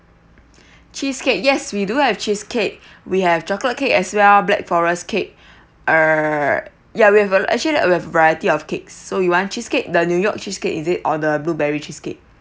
cheesecake yes we do have cheesecake we have chocolate cake as well black forest cake uh ya we have uh actually we have variety of cakes so you want cheesecake the new york cheesecake is it or the blueberry cheesecake